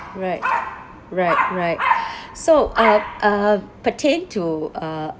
right right so uh uh pertaining to uh